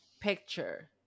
picture